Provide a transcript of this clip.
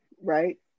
right